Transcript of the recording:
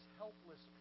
helpless